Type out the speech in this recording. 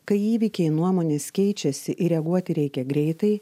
kai įvykiai nuomonės keičiasi ir reaguoti reikia greitai